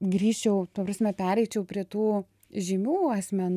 grįžčiau ta prasme pereičiau prie tų žymių asmenų